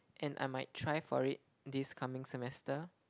and I might try for it this coming semester